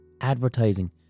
advertising